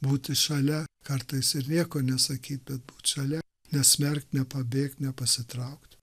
būti šalia kartais ir nieko nesakyt bet būt šalia nesmerkt nepabėkt nepasitraukt